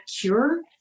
cure